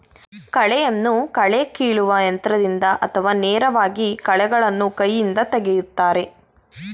ಕಳೆಯನ್ನು ಕಳೆ ಕೀಲುವ ಯಂತ್ರದಿಂದ ಅಥವಾ ನೇರವಾಗಿ ಕಳೆಗಳನ್ನು ಕೈಯಿಂದ ತೆಗೆಯುತ್ತಾರೆ